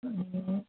ए